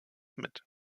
mit